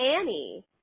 Annie